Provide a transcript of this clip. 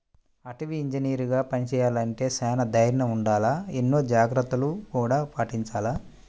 అటవీ ఇంజనీరుగా పని చెయ్యాలంటే చానా దైర్నం ఉండాల, ఎన్నో జాగర్తలను గూడా పాటించాల